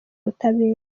ubutabera